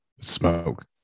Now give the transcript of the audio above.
smoke